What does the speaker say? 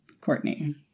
Courtney